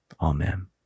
Amen